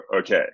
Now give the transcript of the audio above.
okay